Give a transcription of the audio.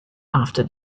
after